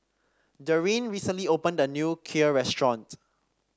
Daryn recently opened a new Kheer restaurant